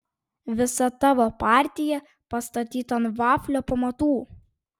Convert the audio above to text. visa tavo partija pastatyta ant vaflio pamatų